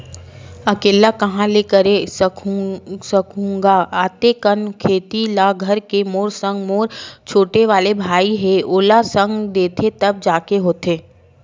अकेल्ला काँहा ले करे सकहूं गा अते कन खेती ल घर के मोर संग मोर छोटे वाले भाई हे ओहा संग देथे तब जाके होथे